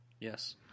Yes